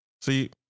see